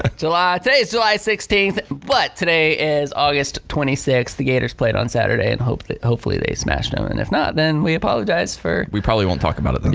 ah july. today is july sixteenth but today is august twenty sixth. the gators played on saturday and hopefully hopefully they smashed em and if not then we apologize. we probably won't talk about it then.